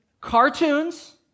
Cartoons